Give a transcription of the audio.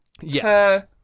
yes